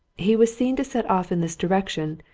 he was seen to set off in this direction,